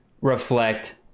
reflect